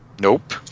Nope